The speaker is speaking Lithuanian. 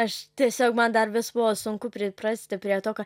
aš tiesiog man dar vis buvo sunku priprasti prie to ka